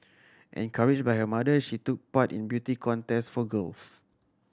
encouraged by her mother she took part in beauty contests for girls